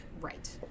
right